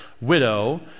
widow